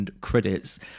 credits